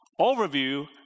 overview